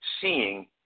seeing